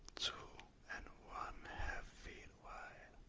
so and one-half feet wide.